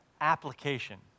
application